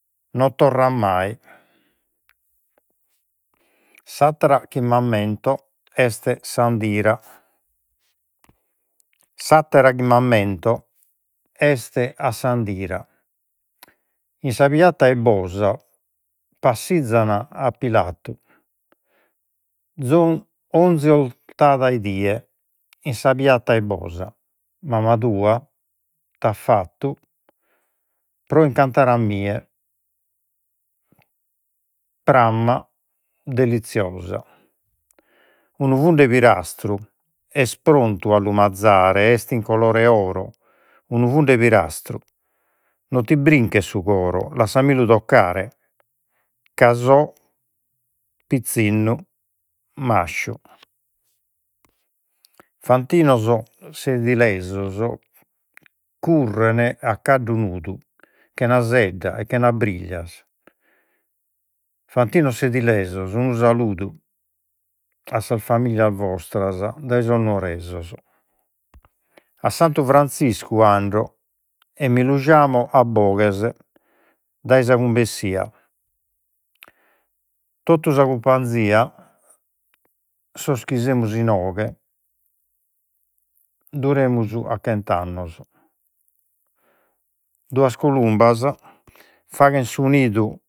Non torrat mai. S’attera chi m'ammento este s'andira. S’attera chi m'ammento este a s'andira. In sa piazza 'e Bosa passizan a Pilatu donzi ortada 'e die. In sa piazza 'e Bosa, mama tua t'at fattu pro incantare a mie, pramma deliziosa. Unu fundu 'e pirastru est prontu a lu mazare, est in colore 'e oro. Unu fundu 'e pirastru, non ti brinchet su coro, lassamilu toccare ca so' pizzinnu masciu. Fantinos curren 'a caddu nudu, chena sedda, e chena briglias. Fantinos unu saludu a sas familias vostras dae sos nuoresos. A Santu Franziscu ando, e mi lu giamo a boghes dae sa cumbessia, tottu sa cumpanzia, sos chi semus inoghe duremus a chent'annos. Duas culumbas faghen su nidu